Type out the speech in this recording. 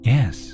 Yes